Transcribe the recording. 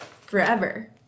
forever